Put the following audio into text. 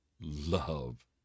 love